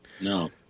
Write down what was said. No